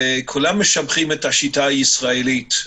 וכולם משבחים את השיטה הישראלית.